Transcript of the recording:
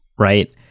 Right